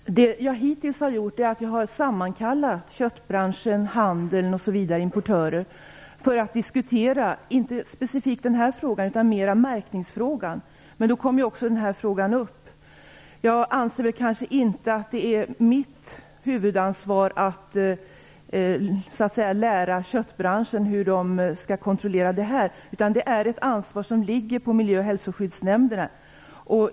Herr talman! Det som jag hittills har gjort är att jag har sammankallat representanter för köttbranschen och handeln, bl.a. importörer, för att diskutera inte specifikt denna fråga utan mera märkningsfrågan. Då kom också denna fråga upp. Jag anser inte att det är mitt huvudansvar att lära köttbranschen hur den skall kontrollera det här, utan det är ett ansvar som ligger på miljö och hälsoskyddsnämnderna.